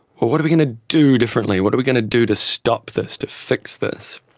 what what are we going to do differently, what are we going to do to stop this, to fix this?